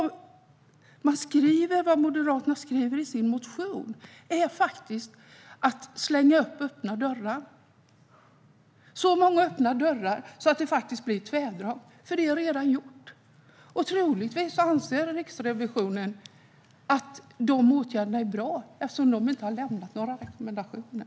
Vad Moderaterna skriver i sin motion är faktiskt att slå in öppna dörrar. Det är så många öppna dörrar att det blir tvärdrag. Detta är nämligen redan gjort. Troligtvis anser Riksrevisionen att de åtgärderna är bra, eftersom man inte har lämnat några rekommendationer.